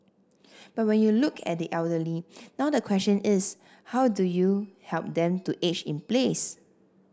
but when you look at the elderly now the question is how do you help them to age in place